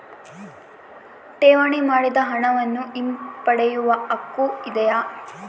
ಠೇವಣಿ ಮಾಡಿದ ಹಣವನ್ನು ಹಿಂಪಡೆಯವ ಹಕ್ಕು ಇದೆಯಾ?